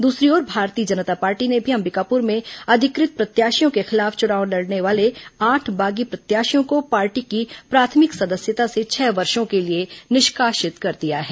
दूसरी ओर भारतीय जनता पार्टी ने भी अंबिकापुर में अधिकृत प्रत्याशियों के खिलाफ चुनाव लड़ने वाले आठ बागी प्रत्याशियों को पार्टी की प्राथमिक सदस्यता से छह वर्षों के लिए निष्कासित कर दिया है